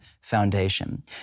foundation